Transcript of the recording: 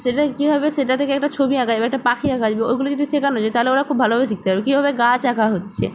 সেটা কীভাবে সেটা থেকে একটা ছবি আঁকা যাবে একটা পাখি আঁকা যাবে ওগুলো যদি শেখানো যায় তাহলে ওরা খুব ভালোভাবে শিখতে পারবে কীভাবে গাছ আঁকা হচ্ছে